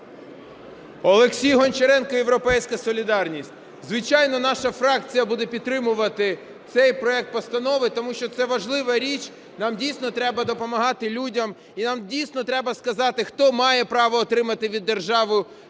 Олексій Гончаренко, "Європейська солідарність". Звичайно, наша фракція буде підтримувати цей проект постанови, тому що це важлива річ. Нам дійсно треба допомагати людям і нам дійсно треба сказати, хто має право отримати від держави